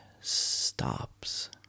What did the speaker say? stops